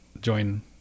join